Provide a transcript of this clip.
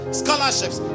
scholarships